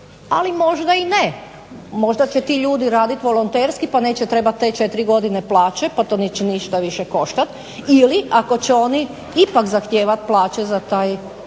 ali možda i ne. Možda će ti ljudi raditi volonterski pa neće trebati te četiri godine plaće, pa to neće ništa više koštati. Ili ako će oni ipak zahtijevati plaće za taj